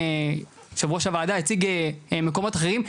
יו"ר הוועדה הציג מקומות אחרים,